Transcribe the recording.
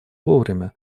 вовремя